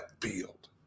field